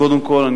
קודם כול,